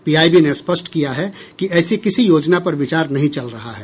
PIB ने स्पष्ट किया है कि ऐसी किसी योजना पर विचार नहीं चल रहा है